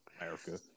America